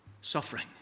suffering